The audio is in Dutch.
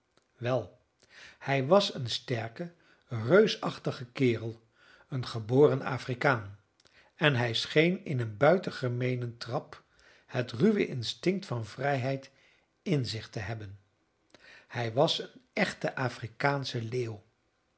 wel hij was een sterke reusachtige kerel een geboren afrikaan en hij scheen in een buitengemeenen trap het ruwe instinct van vrijheid in zich te hebben hij was een echte afrikaansche leeuw